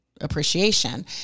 appreciation